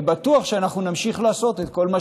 אני בטוח שאנחנו נמשיך לעשות את כל מה